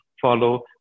follow